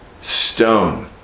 stone